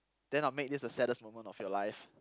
then I will make this the saddest moment of your life